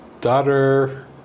daughter